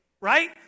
right